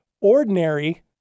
ordinary